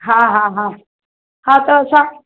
हा हा हा हा त असां